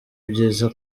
byiza